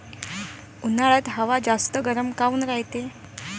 उन्हाळ्यात हवा जास्त गरम काऊन रायते?